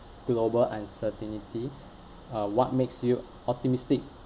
global uncertainty uh what makes you optimistic